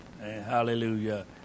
Hallelujah